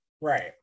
Right